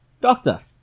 Doctor